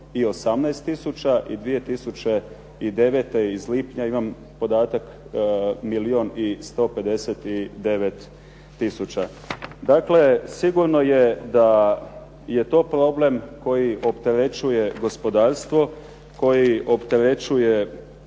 i 18 tisuća i 2009. iz lipnja imam podatak milijun i 159 tisuća. Dakle, sigurno je da je to problem koji opterećuje gospodarstvo, koji opterećuje